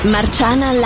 Marciana